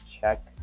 check